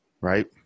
right